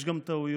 יש גם טעויות.